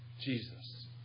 Jesus